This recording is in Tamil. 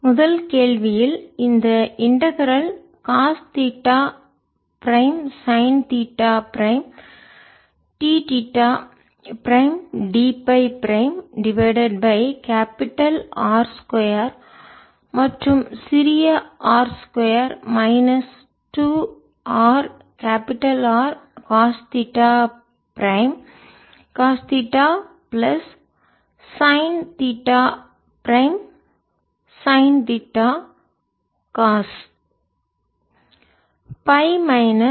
முதல் கேள்வியில் இந்த integral cos theta prime sine theta prime d theta prime d phi prime divided by R capital R 2 மற்றும் r சிறிய R 2 minus 2 R capital R cos theta prime cos theta plus sine theta prime sine theta cos ϕ minus ϕ